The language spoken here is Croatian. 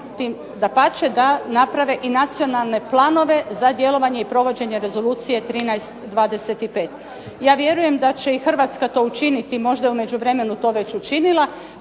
dapače da naprave i nacionalne planove za djelovanje i provođenje Rezolucije 13/25. Ja vjerujem da će i Hrvatska to učiniti, možda je u međuvremenu to već učinila,